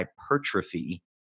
hypertrophy